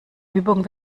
übung